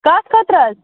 کَتھ خٲطرٕ حظ